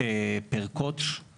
פר קוט"ש,